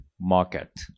market